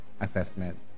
assessment